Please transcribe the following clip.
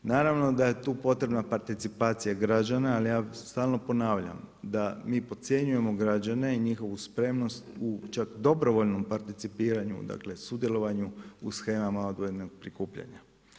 Naravno da je tu potrebna participacija građana, ali ja stalno ponavljam da mi podcjenjujemo građane i njihovu spremnost u čak dobrovoljnom participiranju, dakle sudjelovanju shemama odvojenog prikupljanja.